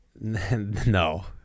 No